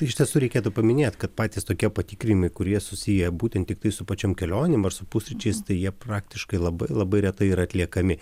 tai iš tiesų reikėtų paminėt kad patys tokie patikrinimai kurie susiję būtent tiktai su pačiom kelionėm su pusryčiais tai jie praktiškai labai labai retai yra atliekami